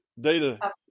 data